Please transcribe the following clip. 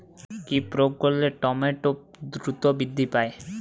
কি প্রয়োগ করলে টমেটো দ্রুত বৃদ্ধি পায়?